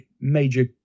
major